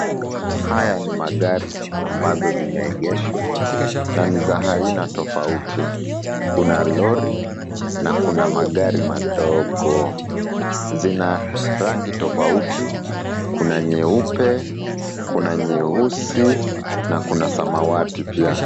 Haya ni magari ambazo zimeegeshwa na ni za aina tofauti. Kuna lori na kuna magari madogo. Zina rangi tofauti. Kuna nyeupe, kuna nyeusi na kuna samawati pia.